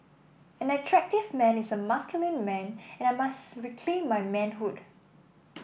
an attractive man is a masculine man and I must reclaim my manhood